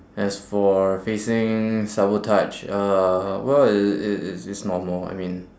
as for facing sabotage uh well it it it it's normal I mean